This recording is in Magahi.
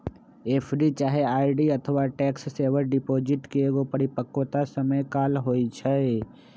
एफ.डी चाहे आर.डी अथवा टैक्स सेवर डिपॉजिट के एगो परिपक्वता समय काल होइ छइ